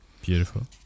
beautiful